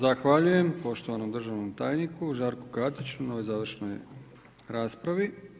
Zahvaljujem poštovanom državnom tajniku Žarku Katiću, na ovoj završnoj raspravi.